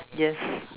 yes